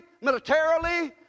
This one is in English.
militarily